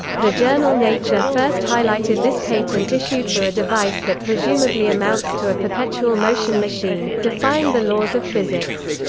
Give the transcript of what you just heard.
the journal nature first highlighted this patent issued for a device that presumably amounts to a perpetual motion machine, defying the laws of physics.